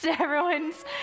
everyone's